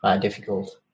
difficult